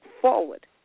forward